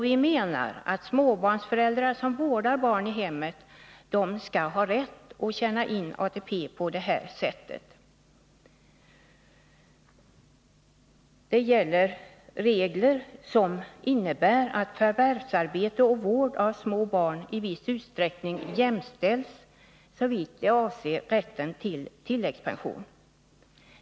Vi menar att småbarnsföräldrar som vårdar barn i hemmet skall ha rätt att tjäna in ATP-poäng på det här sättet. Det gäller regler som innebär att förvärvsarbete och vård av små barn i viss utsträckning jämställs, såvitt avser rätten till tilläggspension.